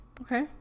okay